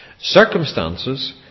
Circumstances